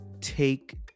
take